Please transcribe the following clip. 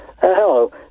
Hello